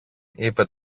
είπε